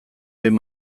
behin